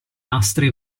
astri